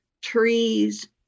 trees